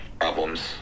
problems